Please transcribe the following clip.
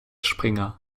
springer